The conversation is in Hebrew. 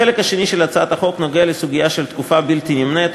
החלק השני של הצעת החוק נוגע לסוגיה של "תקופה בלתי נמנית",